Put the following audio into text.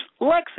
Lexi